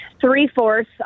three-fourths